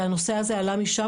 והנושא הזה עלה משם,